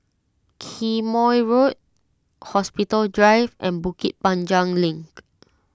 Quemoy Road Hospital Drive and Bukit Panjang Link